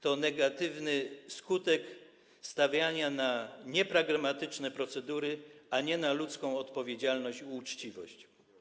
To negatywny skutek stawiania na niepragmatyczne procedury, a nie na ludzką odpowiedzialność i uczciwość.